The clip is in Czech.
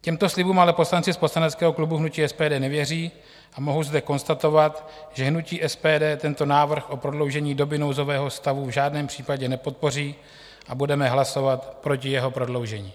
Těmto slibům ale poslanci z poslaneckého klubu hnutí SPD nevěří a mohu zde konstatovat, že hnutí SPD tento návrh o prodloužení doby nouzového stavu v žádném případě nepodpoří a budeme hlasovat proti jeho prodloužení.